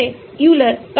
वे कैसे कार्य करते हैं